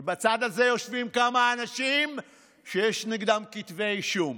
כי בצד הזה יושבים כמה אנשים שיש נגדם כתבי אישום.